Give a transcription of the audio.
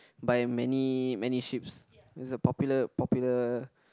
by many many ships it's a popular popular